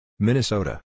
Minnesota